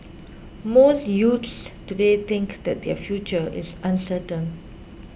most youths today think that their future is uncertain